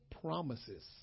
promises